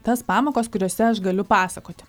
tas pamokas kuriose aš galiu pasakoti